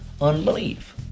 unbelief